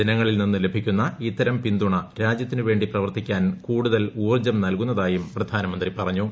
ജനങ്ങളിൽ നിന്ന് ലഭിക്കു്ന്ന് ഇത്തരം പിന്തുണ രാജ്യത്തിനുവേണ്ടി പ്രവർത്തിക്കാൻ കൂടുതൽ ്ഊർജ്ജം നൽകുന്നതായും പ്രധാനമന്ത്രി പറഞ്ഞു